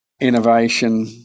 innovation